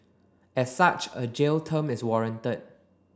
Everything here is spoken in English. as such a jail term is warranted